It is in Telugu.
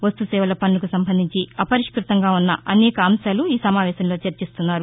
వస్తుసేవల పన్నుకు సంబంధించి అపరిష్ణతంగా ఉన్న అనేక అంశాలు ఈ సమావేశంలో చర్చిస్తున్నారు